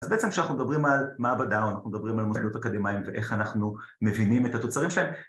אז בעצם כשאנחנו מדברים על מעבדה או אנחנו מדברים על מוסדות אקדמיים ואיך אנחנו מבינים את התוצרים שלהם